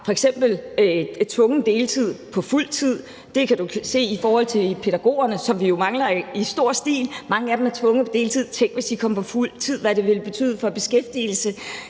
tvungen deltid på fuld tid. Det kan du se i forhold til pædagogerne, som vi jo mangler i stor stil. Mange af dem er tvunget på deltid, og tænk, hvis de kom på fuld tid, hvad det ville betyde for beskæftigelsen.